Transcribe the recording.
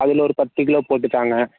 அதில் ஒரு பத்து கிலோ போட்டு தாங்க